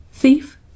Thief